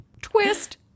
Twist